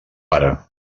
pare